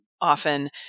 often